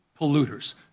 polluters